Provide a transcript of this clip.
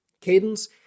cadence